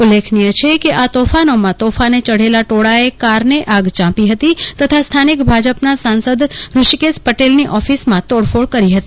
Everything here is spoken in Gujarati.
ઉલ્લેખનીય છે કે આ તોફાનોમાં તોફાને ચઢેલા ટોળાએ કારને આગ ચાંપી હતી તથા સ્થાનીક ભાજપના સાંસદ ઋષિકેશ પટેલની ઓફિસમાં તોડફોડ કરી હતી